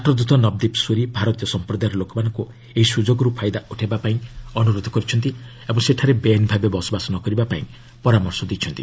ରାଷ୍ଟ୍ରଦତ ନବଦୀପ୍ ସୁରୀ ଭାରତୀୟ ସମ୍ପ୍ରଦାୟର ଲୋକମାନଙ୍କୁ ଏହି ସୁଯୋଗରୁ ଫାଇଦା ଉଠାଇବାପାଇଁ ଅନୁରୋଧ କରିଛନ୍ତି ଓ ସେଠାରେ ବେଆଇନ ଭାବେ ବସବାସ ନ କରିବାପାଇଁ ପରାମର୍ଶ ଦେଇଛନ୍ତି